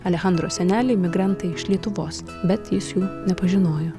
alechandro seneliai migrantai iš lietuvos bet jis jų nepažinojo